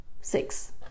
six